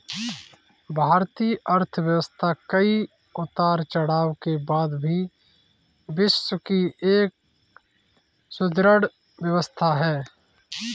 भारतीय अर्थव्यवस्था कई उतार चढ़ाव के बाद भी विश्व की एक सुदृढ़ व्यवस्था है